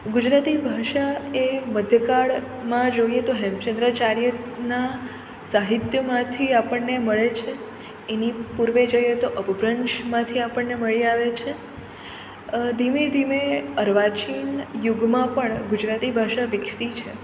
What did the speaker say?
ગુજરાતી ભાષા એ મધ્યકાળમાં જોઈએ તો હેમચંદ્રાચાર્યના સાહિત્યમાંથી આપણને મળે છે એની પૂર્વે જઈએ તો અપભ્રન્શમાંથી આપણને મળી આવે છે ધીમે ધીમે અર્વાચીન યુગમાં પણ ગુજરાતી ભાષા વિકસી છે